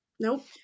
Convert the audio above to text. Nope